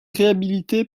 réhabilité